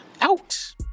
out